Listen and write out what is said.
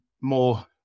more